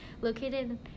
located